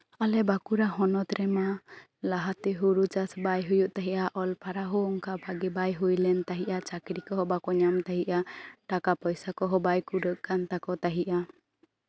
ᱟᱞᱮ ᱵᱟᱸᱠᱩᱲᱟ ᱦᱚᱱᱚᱛ ᱨᱮᱢᱟ ᱞᱟᱦᱟᱛᱮ ᱦᱳᱲᱳ ᱪᱟᱥ ᱵᱟᱭ ᱦᱩᱭᱩᱜ ᱛᱟᱦᱮᱸᱜᱼᱟ ᱚᱞ ᱯᱟᱲᱦᱟᱣ ᱦᱚᱸ ᱚᱱᱠᱟ ᱵᱷᱟᱜᱮ ᱵᱟᱭ ᱦᱩᱭ ᱞᱮᱱ ᱛᱟᱦᱮᱸᱜᱼᱟ ᱪᱟᱠᱨᱤ ᱠᱚᱦᱚᱸ ᱵᱟᱠᱚ ᱧᱟᱢ ᱛᱟᱦᱮᱸᱜᱼᱟ ᱴᱟᱠᱟ ᱯᱚᱭᱥᱟ ᱠᱚᱦᱚᱸ ᱵᱟᱭ ᱠᱩᱞᱟᱹᱜ ᱠᱟᱱ ᱛᱟᱠᱚ ᱛᱟᱦᱮᱸᱜᱼᱟ